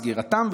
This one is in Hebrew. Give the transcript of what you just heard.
סגירתם,